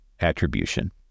attribution